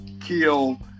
kill